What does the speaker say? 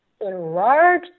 enlarge